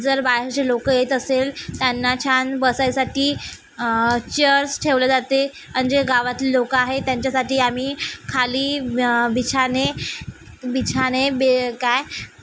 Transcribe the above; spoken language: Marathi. जर बाहेरची लोक येत असतील त्यांना छान बसायसाठी चेअर्स ठेवले जाते अंजे गावातली लोक आहेत त्यांच्यासाठी आम्ही खाली बिछाने बिछाने बे काय